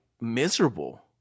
miserable